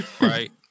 Right